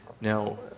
Now